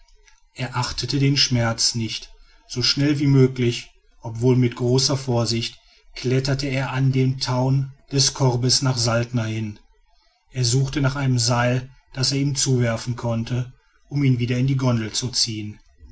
er achtete den schmerz nicht so schnell wie möglich obwohl mit großer vorsicht kletterte er an den tauen des korbes nach saltner hin er suchte nach einem seil das er ihm zuwerfen konnte um ihn wieder in die gondel zu ziehen